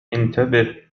انتبه